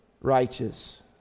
righteous